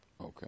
Okay